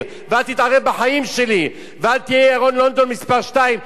ואל תתערב בחיים שלי ואל תהיה ירון לונדון מס' 2,